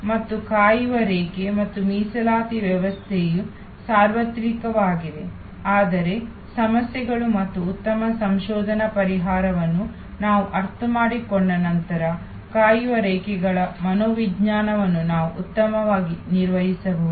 ಮತ್ತು ಕಾಯುವ ರೇಖೆ ಮತ್ತು ಮೀಸಲಾತಿ ವ್ಯವಸ್ಥೆಯು ಸಾರ್ವತ್ರಿಕವಾಗಿದೆ ಆದರೆ ಸಮಸ್ಯೆಗಳು ಮತ್ತು ಉತ್ತಮ ಸಂಶೋಧನಾ ಪರಿಹಾರವನ್ನು ನಾವು ಅರ್ಥಮಾಡಿಕೊಂಡ ನಂತರ ಕಾಯುವ ರೇಖೆಗಳ ಮನೋವಿಜ್ಞಾನವನ್ನು ನಾವು ಉತ್ತಮವಾಗಿ ನಿರ್ವಹಿಸಬಹುದು